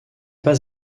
pas